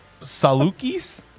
Salukis